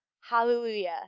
Hallelujah